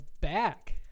back